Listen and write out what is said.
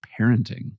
parenting